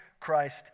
Christ